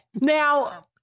now